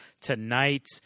tonight